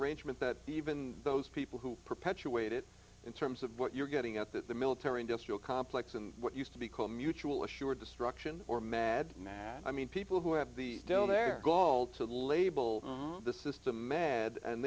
arrangement that even those people who perpetuate it in terms of what you're getting at that the military industrial complex and what used to be called mutual assured destruction or mad man i mean people who have the don't their goal to label the system med and